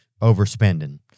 overspending